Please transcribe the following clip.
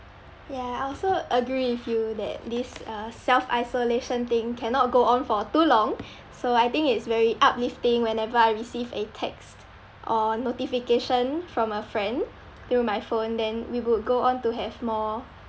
ya I also agree with you that these uh self isolation thing cannot go on for too long so I think it's very uplifting whenever I receive a text or notification from a friend through my phone then we would go on to have more